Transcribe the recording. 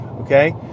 okay